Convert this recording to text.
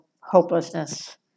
hopelessness